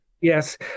Yes